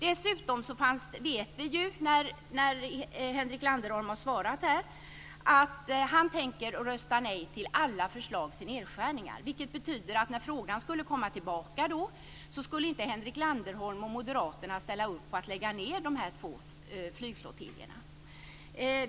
Dessutom sade ju Henrik Landerholm att han tänker rösta nej till alla förslag till nedskärningar, vilket betyder att när frågan skulle komma tillbaka skulle inte Henrik Landerholm och moderaterna ställa sig bakom förslaget att lägga ned dessa två flygflottiljer.